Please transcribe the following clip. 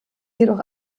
jedoch